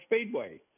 Speedway